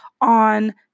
on